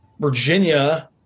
Virginia